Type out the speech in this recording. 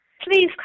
Please